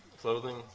clothing